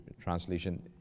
translation